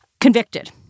convicted